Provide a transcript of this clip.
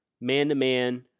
man-to-man